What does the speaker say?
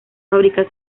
fabricar